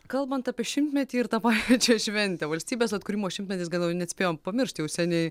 kalbant apie šimtmetį ir tą pačią šventę valstybės atkūrimo šimtmetis gal net jau spėjom pamiršt jau seniai